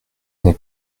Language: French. n’est